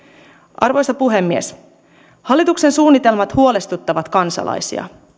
arvoisa puhemies hallituksen suunnitelmat huolestuttavat kansalaisia